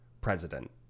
president